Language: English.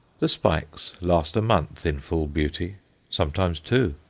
the spikes last a month in full beauty sometimes two.